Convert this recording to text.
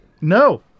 No